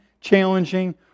challenging